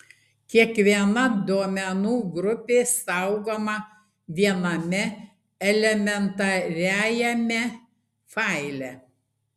kiekviena duomenų grupė saugoma viename elementariajame faile